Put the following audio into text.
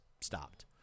stopped